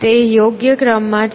તે યોગ્ય ક્રમમાં છે